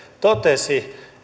totesi